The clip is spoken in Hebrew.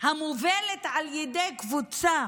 המובלת על ידי קבוצה